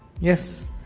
yes